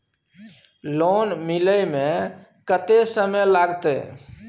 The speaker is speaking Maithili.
लोन मिले में कत्ते समय लागते?